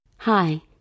Hi